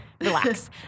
Relax